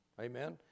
Amen